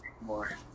more